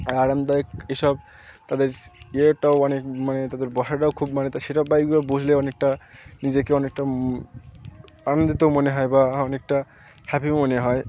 আরামদায়ক এ সব তাদের ইয়েটাও অনেক মানে তাদের বসাটাও খুব মানে সেটা বাইকগুলো বসলে অনেকটা নিজেকে অনেকটা আনন্দিতও মনে হয় বা অনেকটা হ্যাপিও মনে হয়